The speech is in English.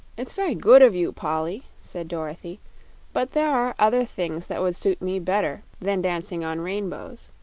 it's very good of you, polly, said dorothy but there are other things that would suit me better than dancing on rainbows.